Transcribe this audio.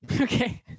okay